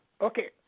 Okay